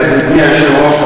אדוני היושב-ראש,